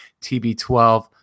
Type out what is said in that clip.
TB12